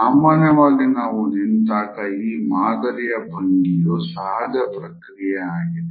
ಸಾಮಾನ್ಯವಾಗಿ ನಾವು ನಿಂತಾಗ ಈ ಮಾದರಿಯ ಭಂಗಿಯು ಸಹಜ ಪ್ರಕ್ರಿಯೆ ಆಗಿದೆ